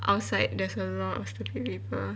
outside there's a lot of stupid people